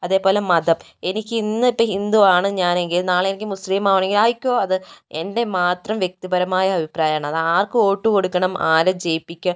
അതേപോല മതം എനിക്ക് ഇന്ന് ഇപ്പം ഹിന്ദു ആണ് ഞാൻ എങ്കിൽ നാളെ എനിക്ക് മുസ്ലിം ആകണമെങ്കിൽ ആയിക്കോ അത് എൻ്റെ മാത്രം വ്യക്തിപരമായ അഭിപ്രായം ആണ് അത് ആർക്ക് വോട്ട് കൊടുക്കണം ആരെ ജയിപ്പിക്കുക